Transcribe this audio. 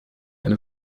eine